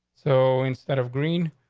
so instead of green,